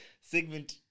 Segment